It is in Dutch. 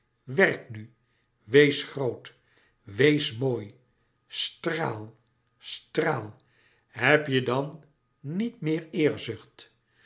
werk nu wees groot wees mooi straal straal heb je dan niet